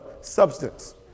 substance